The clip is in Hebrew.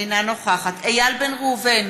אינו נוכח איל בן ראובן,